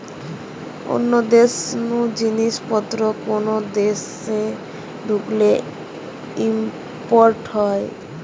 অন্য দেশ নু জিনিস পত্র কোন দেশে ঢুকলে ইম্পোর্ট হয়